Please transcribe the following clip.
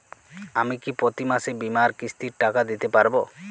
আমি কি প্রতি মাসে বীমার কিস্তির টাকা দিতে পারবো?